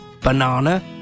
Banana